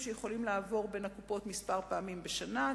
זה הנושא הזה של אנשים שיכולים לעבור בין הקופות מספר פעמים בשנה,